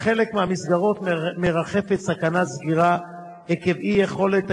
על חלק מהמסגרות מרחפת סכנת סגירה עקב אי-יכולת